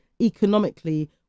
Economically